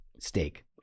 steak